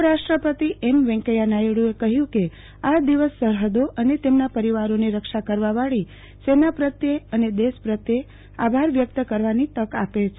ઉપરાષ્ટ્રપતિ એમ વૈકેયા નાયડુએ કહ્યુ કે આ દિવસ સરહદો અને તેમના પરિવારોની રક્ષા કરવાવાળી સેના પ્રત્યે અને દેશ પ્રત્યે આભાર વ્યક્ત કરવાની તક આપે છે